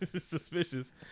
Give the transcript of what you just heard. Suspicious